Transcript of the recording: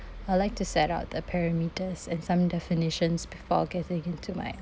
I would like to set out the perimeters in some definitions before getting into my